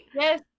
yes